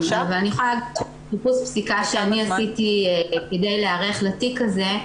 אני יכולה להגיד שבחיפוש פסיקה שאני עשיתי כדי להיערך לתיק הזה,